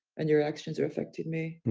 and your actions are affecting me,